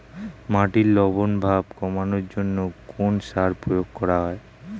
মাটির লবণ ভাব কমানোর জন্য কোন সার প্রয়োগ করা হয়?